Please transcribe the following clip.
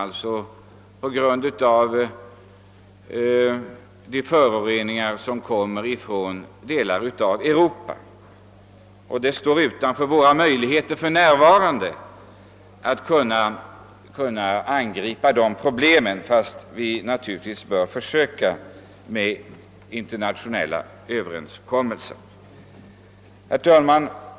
Sålunda inverkar exempelvis föroreningar som kommer från andra delar av Europa på surhetsgraden i vattnet. Det står för närvarande utom gränsen för våra möjligheter att med framgång angripa dessa problem, ehuru vi naturligtvis bör försöka nå fram till internationella överenskommelser. Herr talman!